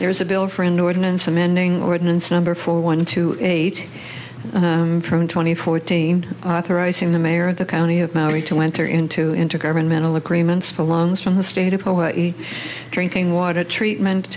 there's a bill for an ordinance amending ordinance number four one two eight from twenty fourteen authorizing the mayor of the county of maui to enter into intergovernmental agreements belongs from the state of hawaii drinking water treatment